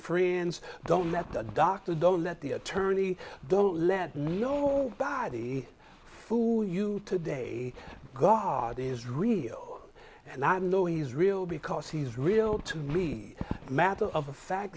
friends don't let the doctor don't let the attorney don't let me know by the food you today god is real and i know he is real because he is real to me matter of fact